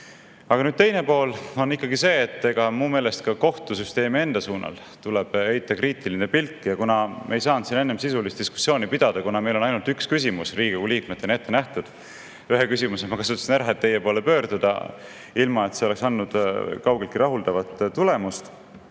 Aga teine pool on ikkagi see, et mu meelest ka kohtusüsteemi enda suunal tuleb heita kriitiline pilk. Me ei saanud siin enne sisulist diskussiooni pidada, kuna meile on ainult üks küsimus Riigikogu liikmetena ette nähtud. Ühe küsimuse ma kasutasin ära, et teie poole pöörduda, ilma et see oleks andnud kaugeltki rahuldavat tulemust.